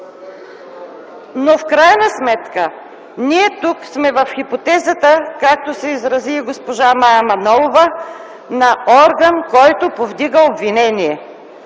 В крайна сметка тук сме в хипотезата, както се изрази и госпожа Мая Манолова, на орган, който повдига обвинение.